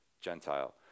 Gentile